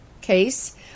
case